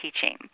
Teaching